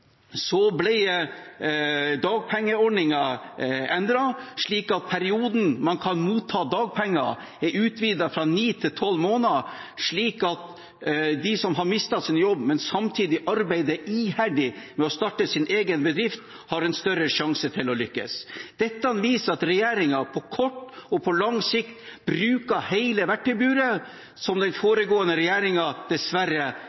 Perioden man mottar dagpenger for, er utvidet fra ni til tolv måneder, slik at de som har mistet sin jobb, men samtidig arbeider iherdig med å starte sin egen bedrift, har en større sjanse til å lykkes. Dette viser at regjeringen på kort og på lang sikt bruker hele «verktøyburet», som den foregående regjeringen dessverre